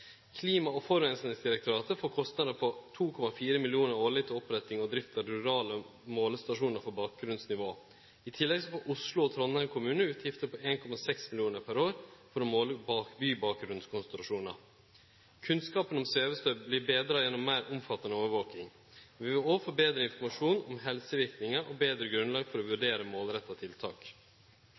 Klima- og forureiningsdirektoratet får kostnader på 2,4 mill. kr årleg til oppretting og drift av rurale målestasjonar for bakgrunnsnivå. I tillegg får kommunane Oslo og Trondheim utgifter på 1,6 mill. kr per år for å måle bybakgrunnskonsentrasjonar. Kunnskapen om svevestøv vert betra gjennom meir omfattande overvaking. Vi vil òg få betre informasjon om helseverknader og betre grunnlag for å vurdere målretta tiltak.